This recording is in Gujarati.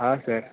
હા સર